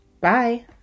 Bye